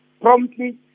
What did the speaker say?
promptly